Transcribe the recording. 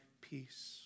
peace